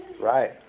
right